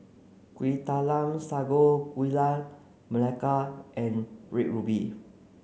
Kueh Talam Sago Gula Melaka and red ruby